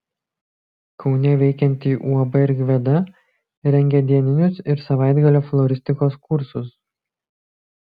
kaune veikianti uab rigveda rengia dieninius ir savaitgalio floristikos kursus